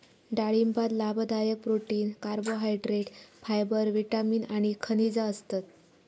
डाळिंबात लाभदायक protein, carbohydrate, fibre, vitamin आणि खनिजा असतत